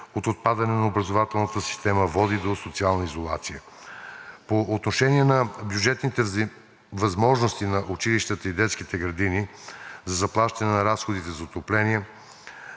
от отпадане на образователната система, води до социална изолация. По отношение на бюджетните възможности на училищата и детските градини за заплащане на разходите за отопление